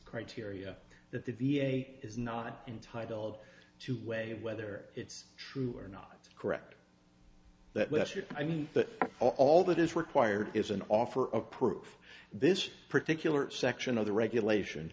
criteria that the v a is not entitled to weigh whether it's true or not correct that was your i mean but all that is required is an offer of proof this particular section of the regulation